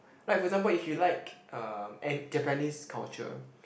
like for example if you like uh an Japanese culture